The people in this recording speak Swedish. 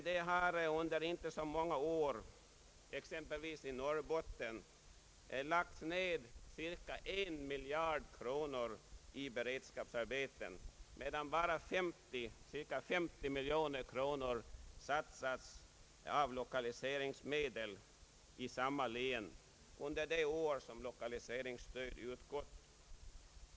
Det har exempelvis under inte så många år i Norrbotten lagts ned cirka 1 miljard kronor i beredskapsarbeten, medan bara cirka 50 miljoner kronor satsats av lokaliseringsmedel i samma län under de år som lokaliseringsstöd utgått.